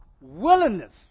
willingness